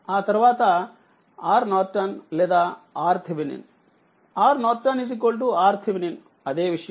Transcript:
ఆతర్వాతRN లేదాRThRN RTh అదే విషయం